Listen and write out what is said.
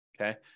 okay